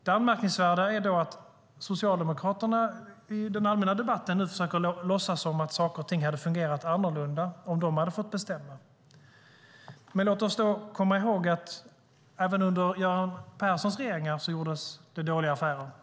Det anmärkningsvärda är då att Socialdemokraterna i den allmänna debatten nu försöker låtsas som att saker och ting hade fungerat annorlunda om de hade fått bestämma. Men låt oss då komma ihåg att även under Göran Perssons regeringar gjordes det dåliga affärer.